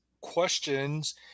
questions